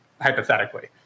hypothetically